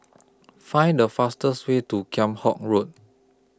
Find The fastest Way to Kheam Hock Road